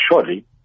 surely